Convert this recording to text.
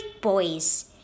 boys